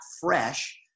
fresh